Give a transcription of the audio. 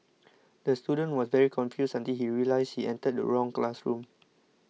the student was very confused until he realised he entered the wrong classroom